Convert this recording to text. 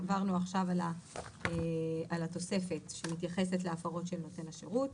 עברנו עכשיו על התוספת שמתייחסת להפרות של נותן השירות.